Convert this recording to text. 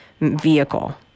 vehicle